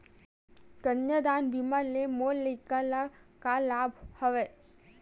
कन्यादान बीमा ले मोर लइका ल का लाभ हवय?